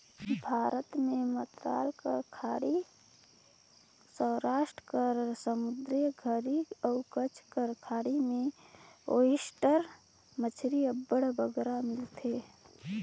भारत में मन्नार कर खाड़ी, सवरास्ट कर समुंदर घरी अउ कच्छ कर खाड़ी में ओइस्टर मछरी अब्बड़ बगरा मिलथे